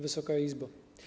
Wysoka Izbo!